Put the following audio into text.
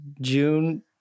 June